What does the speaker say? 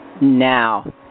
now